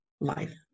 life